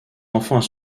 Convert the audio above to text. enfants